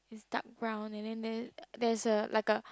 it's dark brown and then there there is like a